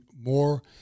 more